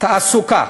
תעסוקה,